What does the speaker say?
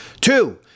Two